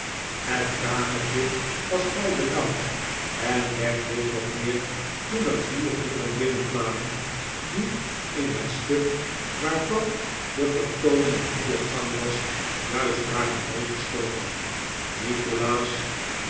het kamertje was vrij benauwd en werd dit nog meer toen er vier heeren binnenkwamen die in het stuk waarvan de vertooning in vollen gang was juist waren doodgestoken nikolaas